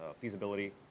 feasibility